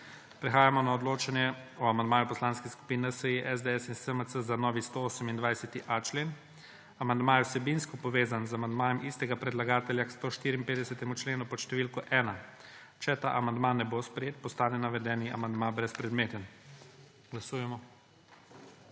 Prehajamo na odločanje o amandmaju Poslanskih skupin SDS, NSi in SMC za novi 128.a členu. Amandma je vsebinsko povezan z amandmajem istega predlagatelja k 154. členu pod številko 1. Če ta amandma ne bo sprejet, postane navedeni amandma brezpredmeten. Glasujemo.